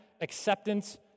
acceptance